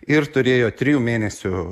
ir turėjo trijų mėnesių